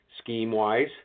scheme-wise